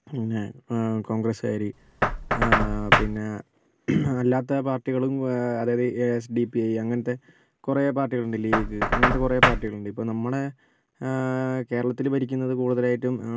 പിന്നെ കോൺഗ്രസ്സ്കാർ പിന്നെ അല്ലാത്ത പാർട്ടികളും അതായത് എസ് ഡി പി ഐ അങ്ങനത്തെ കുറേ പാർട്ടികളുണ്ട് ലീഗ് അങ്ങനത്തെ കുറേ പാർട്ടികളുണ്ട് ഇപ്പോൾ നമ്മുടെ കേരളത്തിൽ ഭരിക്കുന്നത് കൂടുതലായിട്ടും